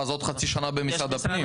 ואז עוד חצי שנה במשרד הפנים.